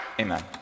Amen